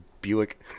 Buick